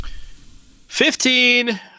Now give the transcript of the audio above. Fifteen